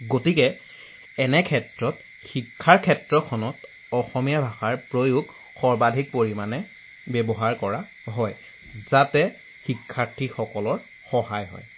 গতিকে এনে ক্ষেত্ৰত শিক্ষাৰ ক্ষেত্ৰখনত অসমীয়া ভাষাৰ প্ৰয়োগ সৰ্বাধিক পৰিমাণে ব্যৱহাৰ কৰা হয় যাতে শিক্ষাৰ্থীসকলৰ সহায় হয়